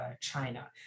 China